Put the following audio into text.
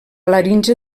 laringe